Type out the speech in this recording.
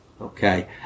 okay